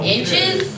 Inches